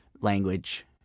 language